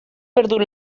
perdut